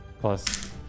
plus